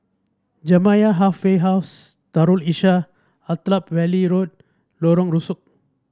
Jamiyah Halfway House Darul Islah Attap Valley Road Lorong Rusuk